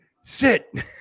sit